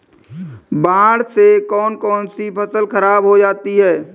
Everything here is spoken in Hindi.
बाढ़ से कौन कौन सी फसल खराब हो जाती है?